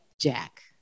Jack